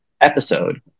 episode